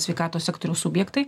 sveikatos sektoriaus subjektai